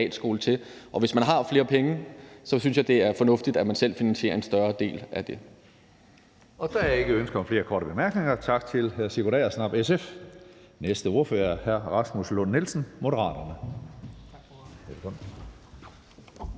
Og hvis man har flere penge, synes jeg, det er fornuftigt, at man selv finansierer en større del af det.